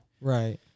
right